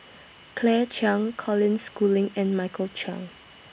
Claire Chiang Colin Schooling and Michael Chiang